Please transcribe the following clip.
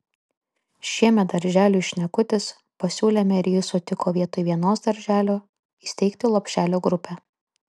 šiemet darželiui šnekutis pasiūlėme ir jis sutiko vietoj vienos darželio įsteigti lopšelio grupę